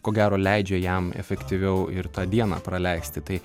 ko gero leidžia jam efektyviau ir tą dieną praleisti tai